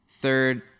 Third